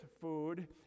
food